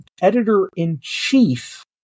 editor-in-chief